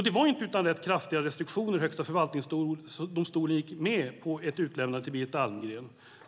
Det var inte utan rätt kraftiga restriktioner Högsta förvaltningsdomstolen gick med på ett utlämnande till Birgitta Almgren.